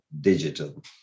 digital